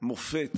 מופת